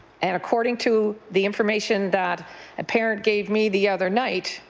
and according to the information that a parent gave me the other night,